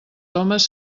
homes